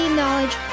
knowledge